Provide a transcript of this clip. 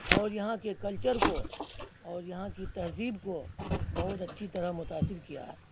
اور یہاں کے کلچر کو اور یہاں کی تہذیب کو بہت اچھی طرح متاثر کیا ہے